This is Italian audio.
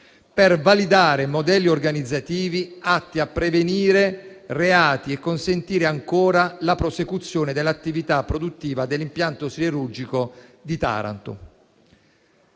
per validare modelli organizzativi atti a prevenire reati e consentire ancora la prosecuzione dell'attività produttiva dell'impianto siderurgico di Taranto.